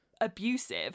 abusive